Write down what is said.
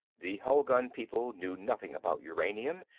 the hulgun people knew nothing about uranium,